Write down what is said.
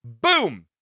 boom